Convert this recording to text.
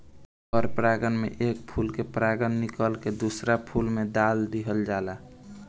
पर परागण में एक फूल के परागण निकल के दुसरका फूल पर दाल दीहल जाला